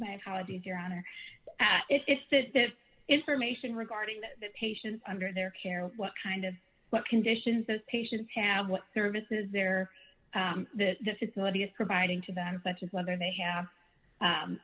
my apologies your honor if that that information regarding the the patients under their care what kind of what conditions those patients have what services there that the facility is providing to them such as whether they have